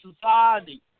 society